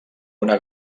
una